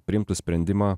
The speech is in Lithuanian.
priimtų sprendimą